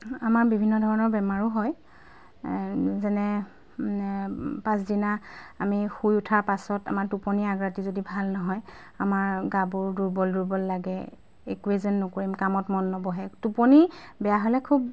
আমাৰ বিভিন্ন ধৰণৰ বেমাৰো হয় যেনে পাচদিনা আমি শুই উঠাৰ পাছত আমাৰ টোপনি আগ ৰাতি যদি ভাল নহয় আমাৰ গাবোৰ দুৰ্বল দুৰ্বল লাগে একোৱে যেন নকৰিম কামত মন নবহে টোপনি বেয়া হ'লে খুব